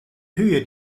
höhe